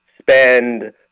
spend